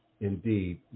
indeed